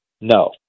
no